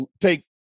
take